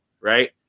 right